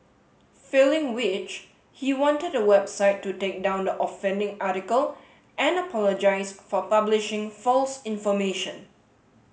failing which he wanted the website to take down the offending article and apologise for publishing false information